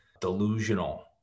delusional